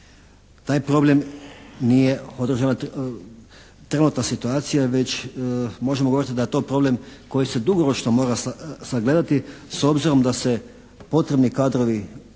ne razumije./… trenutna situacija već možemo govoriti da je to problem koji se dugoročno mora sagledati s obzirom da se potrebni kadrovi posebno